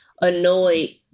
annoyed